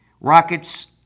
Rockets